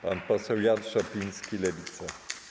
Pan poseł Jan Szopiński, Lewica.